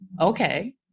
Okay